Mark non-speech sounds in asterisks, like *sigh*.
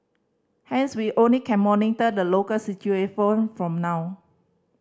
hence we only can monitor the local *unintelligible* from now